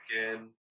again